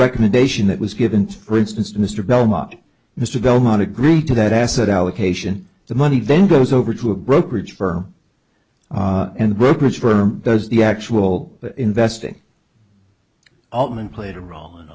recommendation that was given for instance to mr belmont mr belmont agree to that asset allocation the money then goes over to a brokerage firm and brokerage firm does the actual investing altman played a role